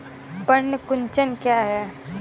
पर्ण कुंचन क्या है?